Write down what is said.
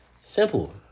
Simple